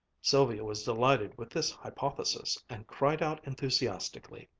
sylvia was delighted with this hypothesis, and cried out enthusiastically,